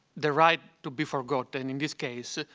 the right to be forgotten in this case,